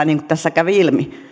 niin kuin tässä kävi ilmi